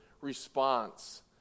response